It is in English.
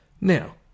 Now